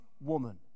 woman